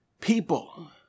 people